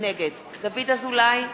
נגד דוד אזולאי,